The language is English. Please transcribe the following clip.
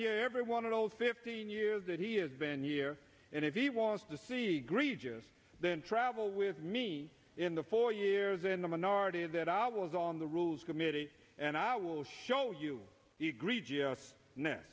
here every one of those fifteen years that he has been here and if he wants to see greeters then travel with me in the four years in the minority that i was on the rules committee and i will show you he greets us now